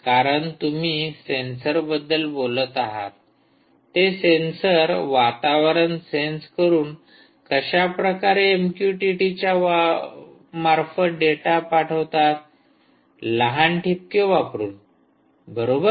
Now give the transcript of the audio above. कारण तुम्ही सेंसर बद्दल बोलत आहात ते सेंसर वातावरण सेंस करून कशाप्रकारे एमक्यूटीटीच्या मार्फत डेटा पाठवतात लहान ठिपके वापरून बरोबर